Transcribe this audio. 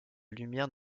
lumière